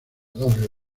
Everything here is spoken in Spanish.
doble